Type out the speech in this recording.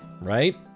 right